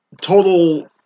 Total